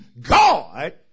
God